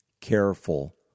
careful